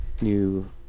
new